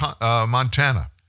Montana